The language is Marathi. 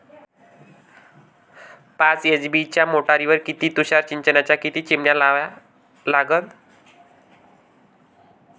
पाच एच.पी च्या मोटारीवर किती तुषार सिंचनाच्या किती चिमन्या लावा लागन?